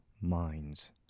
minds